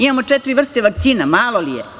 Imamo četiri vrste vakcina, malo li je.